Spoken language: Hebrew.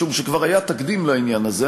משום שכבר היה תקדים לעניין הזה.